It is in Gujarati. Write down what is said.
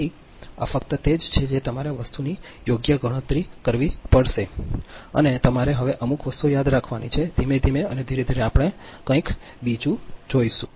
તેથી આ ફક્ત તે જ છે તે તમારે વસ્તુની યોગ્ય ગણતરી કરવી પડશે અને તમારે હવે અમુક વસ્તુઓ યાદ રાખવાની છે ધીમે ધીમે અને ધીરે ધીરે આપણે કંઈક બીજું જોશું